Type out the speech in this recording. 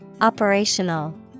Operational